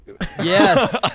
Yes